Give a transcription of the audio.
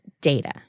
data